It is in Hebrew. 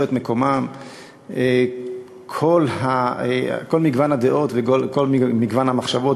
את מקומם כל מגוון הדעות וכל מגוון המחשבות.